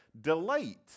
delight